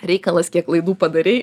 reikalas kiek klaidų padarei